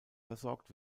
versorgt